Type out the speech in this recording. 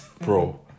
bro